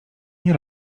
nie